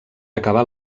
acabar